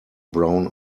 brown